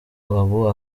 ubu